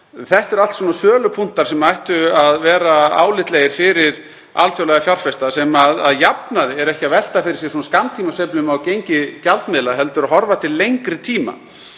Þetta eru allt sölupunktar sem ættu að vera álitlegir fyrir alþjóðlega fjárfesta sem að jafnaði eru ekki að velta fyrir sér svona skammtímasveiflum á gengi gjaldmiðla heldur horfa til lengri tíma.